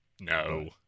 No